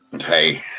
Hey